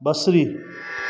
बसरी